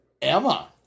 Emma